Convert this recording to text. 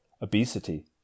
obesity